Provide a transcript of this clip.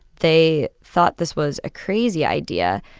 they thought this was a crazy idea,